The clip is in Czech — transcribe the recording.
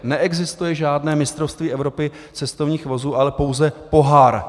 Neexistuje žádné Mistrovství Evropy cestovních vozů, ale pouze pohár.